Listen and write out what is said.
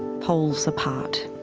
poles apart.